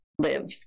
live